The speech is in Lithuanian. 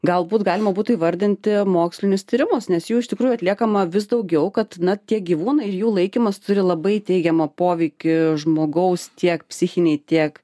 galbūt galima būtų įvardinti mokslinius tyrimus nes jų iš tikrųjų atliekama vis daugiau kad na tie gyvūnai ir jų laikymas turi labai teigiamą poveikį žmogaus tiek psichinei tiek